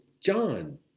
John